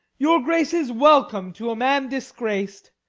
your grace is welcome to a man disgrac'd,